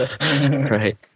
Right